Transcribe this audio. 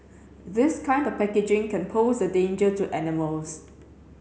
this kind of packaging can pose a danger to animals